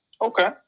Okay